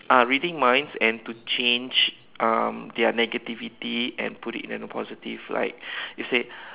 ah reading minds and to change um their negativity and put it into positive like you say